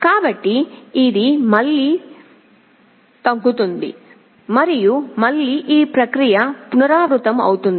కాబట్టి ఇది మళ్ళీ తగ్గుతుంది మరియు మళ్ళీ ఈ ప్రక్రియ పునరావృతమవుతుంది